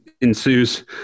ensues